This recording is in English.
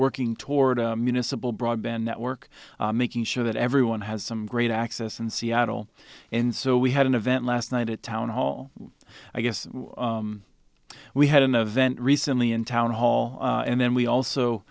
working toward a municipal broadband network making sure that everyone has some great access in seattle and so we had an event last night at town hall i guess we had an event recently in town hall and then we